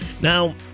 Now